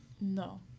No